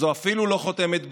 זו אפילו לא חותמת גומי,